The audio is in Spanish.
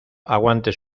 aguante